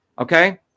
Okay